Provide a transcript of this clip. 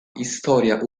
historia